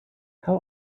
how